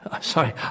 Sorry